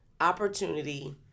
opportunity